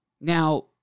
Now